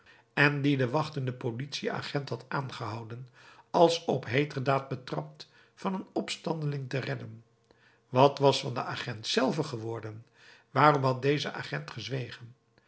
en dien de wachtende politieagent had aangehouden als op heeterdaad betrapt van een opstandeling te redden wat was van den agent zelven geworden waarom had deze agent gezwegen